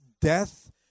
death